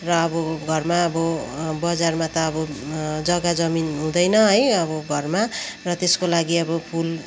र अब घरमा अब बजारमा त अब जग्गा जमिन हुँदैन है अब घरमा र त्यसको लागि अब फुल